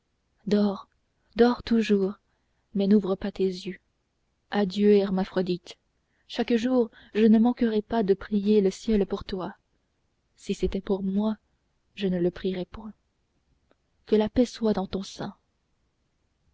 dors dors toujours mais n'ouvre pas tes yeux adieu hermaphrodite chaque jour je ne manquerai pas de prier le ciel pour toi si c'était pour moi je ne le prierais point que la paix soit dans ton sein